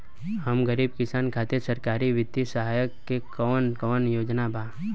हम गरीब किसान खातिर सरकारी बितिय सहायता के कवन कवन योजना बा?